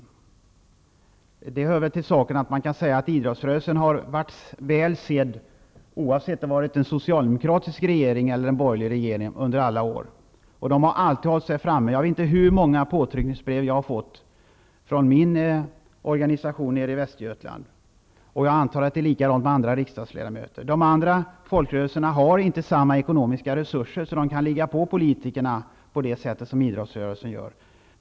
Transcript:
Idrottsrörelsen har varit väl sedd under alla år oavsett om det har varit en socialdemokratisk regering eller en borgerlig. Den har alltid hållit sig framme. Jag vet inte hur många påtryckningsbrev jag har fått från min organisation i Västergötland. Jag antar att det är likadant för andra riksdagsledamöter. De andra folkrörelserna har inte samma ekonomiska resurser för att ligga på politikerna på det sätt som idrottrörelsen gör.